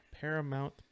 Paramount